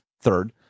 Third